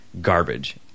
garbage